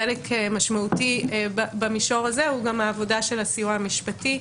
חלק משמעותי במישור הזה הוא גם העבודה של הסיוע המשפטי,